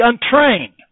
untrained